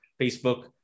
Facebook